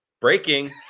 breaking